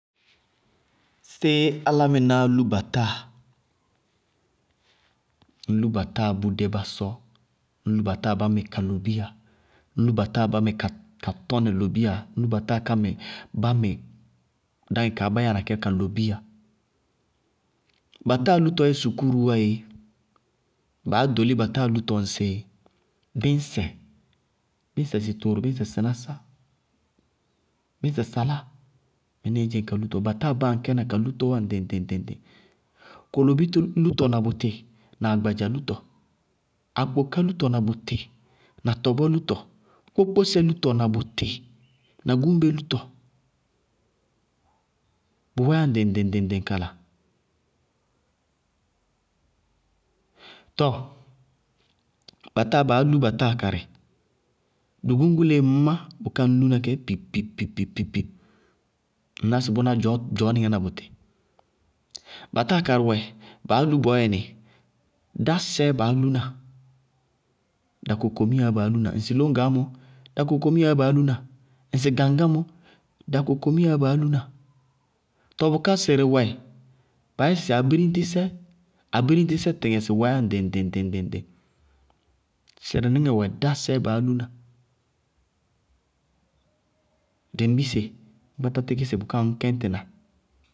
Séé álámɩnáá lú batáa? Ñ lú batáa bʋdé bá sɔ, ñ lú batáa bá mɩ ka lobíya, ñ lú batáa bá mɩ ka tɔnɛ lobíya, ñ lú batáa bá mɩ dáŋɛ kaá bá yáana kɛ, ka lobíya. Batáa lútɔ yɛ sukúruúwá yéé, baá ɖóli batáa lútɔ ŋsɩ bíñsɛ: bíñsɛ sɩɩlɛ, bíñsɛ sɩtooro bíñsɛ sɩnásá, bíñsɛ saláa, mɩnísíɩ ñ dzɩŋ ka lútɔ, batáa báa aŋkɛ na ka lútɔɔwá ŋɖɩŋ-ŋɖɩŋ: kolobí lútɔ na bʋtɩ na agbadza lútɔ. Akpoká lútɔ na bʋtɩ na tɔbɔ lútɔ, kpókpósɛ lútɔ ma bʋtɩ na gúñbe lútɔ. Bʋwɛɛyá ŋɖɩŋ-ŋɖɩŋ kala. Tɔɔ batáa baá lú batáa karɩ: dugúñgúleé ŋñná bʋká ŋñ lúna kɛ pi-pi-pi, ŋñná sɩ bʋná dzɔɔnɩŋɛ na bʋtɩ, batáa karɩ wɛ baá lú bɔɔyɛnɩ, dásɛɛ baá lúna, dakokomiyaá baá lúna, ŋsɩ lóñgaá mɔ, dakokomiyaá baá lúna, ŋsɩ gaŋgá mɔ, dakokomiyaá baá lúna. Tɔɔ bʋká sɩrɩ wɛ, baá yásɩ si abíríñtisɛ. Abiriñtisɛ tɩɩtɩŋɛ sɩwɛɛ yá ŋɖɩŋ-ŋɖɩŋ ŋɖɩŋ-ŋɖɩŋ. Sɩrɩníŋɛ wɛ dásɛɛ baá lúna, dembise ñ kpátá ka tíkí sɩ bʋká ŋñ kɛñtɩna